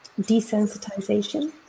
desensitization